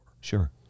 Sure